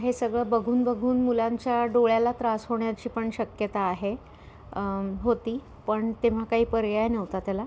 हे सगळं बघून बघून मुलांच्या डोळ्याला त्रास होण्याची पण शक्यता आहे होती पण तेव्हा काही पर्याय नव्हता त्याला